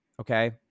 Okay